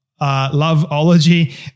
Loveology